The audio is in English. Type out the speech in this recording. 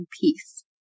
peace